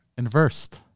inversed